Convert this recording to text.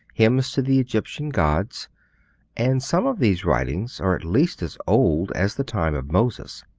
hymns to the egyptian gods and some of these writings are at least as old as the time of moses.